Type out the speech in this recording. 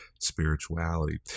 spirituality